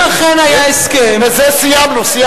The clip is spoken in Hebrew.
אם אכן היה הסכם, הוא צריך